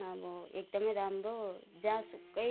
अब एकदमै राम्रो जहाँसुकै